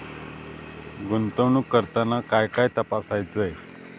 गुंतवणूक करताना काय काय तपासायच?